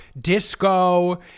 disco